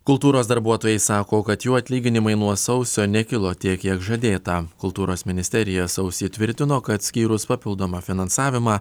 kultūros darbuotojai sako kad jų atlyginimai nuo sausio nekilo tiek kiek žadėta kultūros ministerija sausį tvirtino kad skyrus papildomą finansavimą